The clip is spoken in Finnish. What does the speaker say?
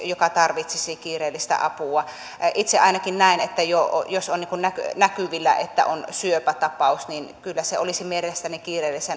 joka tarvitsisi kiireellistä apua käännytetään pois itse ainakin näen että jos on näkyvillä että on syöpätapaus niin kyllä se olisi mielestäni kiireellisen avun